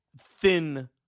thin